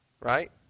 right